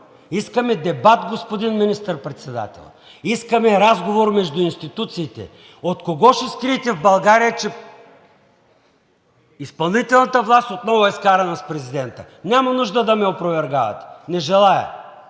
искаме дебат, господин Министър председател, искаме разговор между институциите. От кого ще скриете в България, че изпълнителната власт отново е скарана с президента? Няма нужда да ме опровергавате. Не желая.